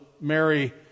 Mary